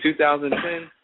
2010